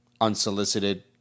unsolicited